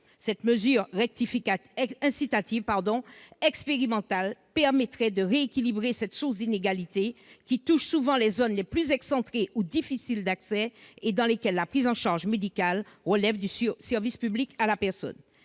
La mesure incitative expérimentale que nous proposons permettrait de rééquilibrer cette source d'inégalité qui touche souvent les zones les plus excentrées ou les plus difficiles d'accès et dans lesquelles la prise en charge médicale relève du service public à la personne.